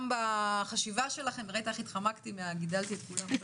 בחשיבה שלכם ראית איך התחמקתי מ"גידלתי את כולם"?